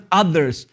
others